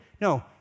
No